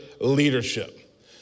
leadership